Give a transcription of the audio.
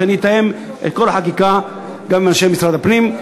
אני אתאם את כל החקיקה גם עם אנשי משרד הפנים,